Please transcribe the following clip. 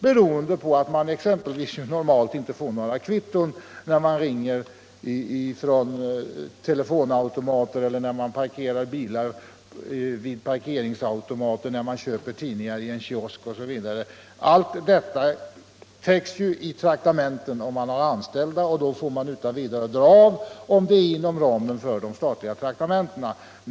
Normalt får man ju inte några kvitton när man ringer från telefonautomater, parkerar bilar vid parkeringsautomater, köper tidningar i en kiosk osv. Allt detta täcks av traktamentet för de anställda och får sedan dras av inom ramen för de statliga traktamentena.